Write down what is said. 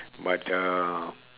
but uh